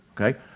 Okay